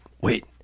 wait